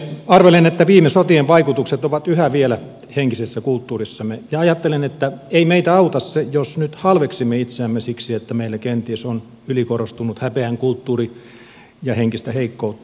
arvelen että viime sotien vaikutukset ovat yhä vielä henkisessä kulttuurissamme ja ajattelen että ei meitä auta se jos nyt halveksimme itseämme siksi että meillä kenties on ylikorostunut häpeän kulttuuri ja henkistä heikkoutta